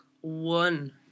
one